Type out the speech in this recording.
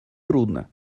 трудно